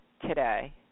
Today